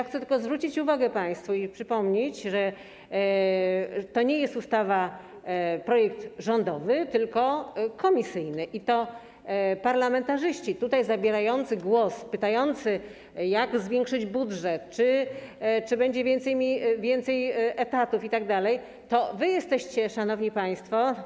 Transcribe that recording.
Chcę tylko zwrócić uwagę państwu i przypomnieć, że to nie jest projekt rządowy, ale komisyjny, i to parlamentarzyści tutaj zabierający głos, pytający, jak zwiększyć budżet, czy będzie więcej etatów itd., to wy jesteście, szanowni państwo.